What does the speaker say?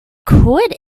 could